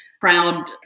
proud